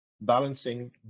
balancing